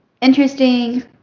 interesting